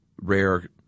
rare